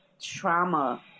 trauma